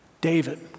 David